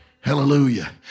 Hallelujah